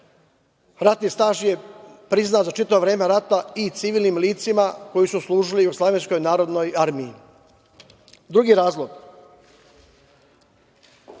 ratni staž je priznat za čitavo vreme rata i civilnim licima koji su služili Jugoslovenskoj narodnoj armiji. Drugi razlog,